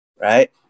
right